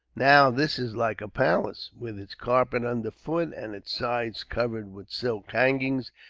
now this is like a palace, with its carpet under foot, and its sides covered with silk hangings,